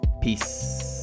peace